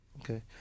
Okay